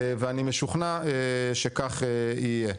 ואני משוכנע שכך יהיה.